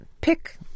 pick